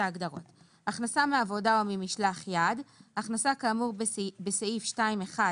12. "הכנסה מעודה או ממשלח יד" הכנסה כאמור בסעיף 2(1)